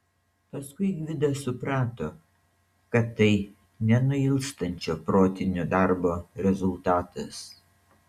paskui gvidas suprato kad tai nenuilstančio protinio darbo rezultatas